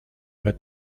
vingt